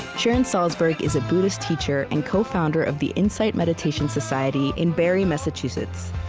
sharon salzberg is a buddhist teacher and co-founder of the insight meditation society in barre, massachusetts.